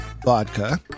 vodka